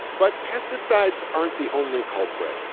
but pesticides aren't the only culprit.